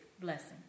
blessing